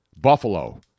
Buffalo